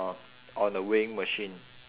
on a weighing machine